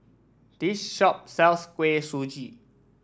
this shop sells Kuih Suji